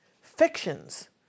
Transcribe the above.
fictions